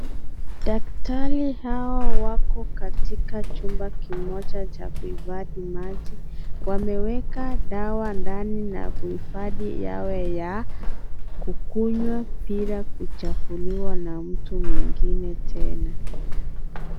Daktari hawa wako katika chumba kimoja cha kuhifadhi maji. Wameweka dawa ndani na kuhifadhi yaye ya kukunywa bila kuchafuliwa na mtu mwingine tena.